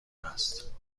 هست